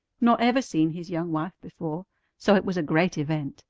nor ever seen his young wife before so it was a great event.